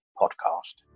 podcast